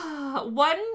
One